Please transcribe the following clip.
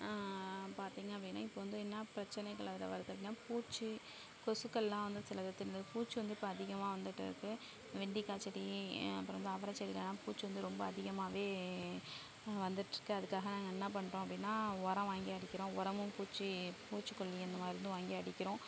பார்த்திங்க அப்படின்னா இப்போது வந்து என்ன பிரச்சனைகள் அதில் வருது அப்படின்னா பூச்சி கொசுக்களெலாம் வந்து சில பூச்சி வந்து இப்போ அதிகமாக வந்துட்டு இருக்குது வெண்டைக்கா செடி அப்புறம் வந்து அவரை செடிலெலாம் பூச்சி வந்து ரொம்ப அதிகமாகவே வந்திட்ருக்கு அதுக்காக நாங்கள் என்ன பண்ணுறோம் அப்படின்னா உரம் வாங்கி அடிக்கிறோம் உரமும் பூச்சி பூச்சிக்கொல்லி அந்த மருந்தும் வாங்கி அடிக்கிறோம்